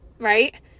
right